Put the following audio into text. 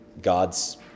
God's